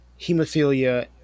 hemophilia